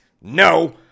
No